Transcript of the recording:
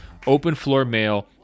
openfloormail